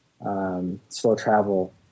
slow-travel